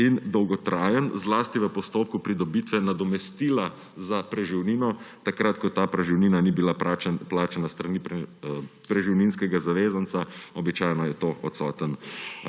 in dolgotrajen zlasti v postopku pridobitve nadomestila za preživnino takrat, ko je ta preživnina ni bila plačana s strani preživninskega zavezanca, običajno je to odsotni